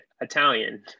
Italian